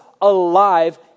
alive